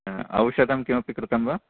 आ औषधं किमपि कृतं वा